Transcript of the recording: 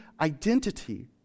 identity